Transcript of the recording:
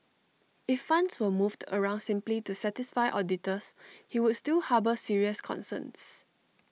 if funds were moved around simply to satisfy auditors he would still harbour serious concerns